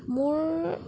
মোৰ